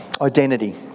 Identity